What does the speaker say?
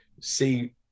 see